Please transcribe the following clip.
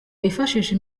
bifashisha